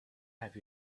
have